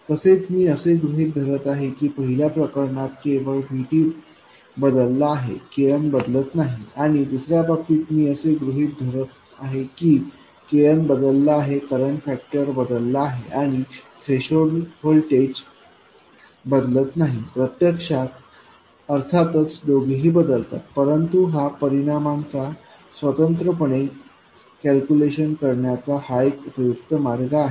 तसेच मी असे गृहित धरत आहे की पहिल्या प्रकरणात केवळ VT बदलला आहे Kn बदलत नाही आणि दुसर्या बाबतीत मी असे गृहित धरत आहे की Knबदललेला आहे करंट फॅक्टर बदलला आहे आणि थ्रेशोल्ड व्होल्टेज बदलत नाही प्रत्यक्षात अर्थातच दोघेही बदलतील परंतु हा परिणामांचा स्वतंत्रपणे कॅलक्युलेशन करण्याचा हा एक उपयुक्त मार्ग आहे